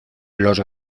los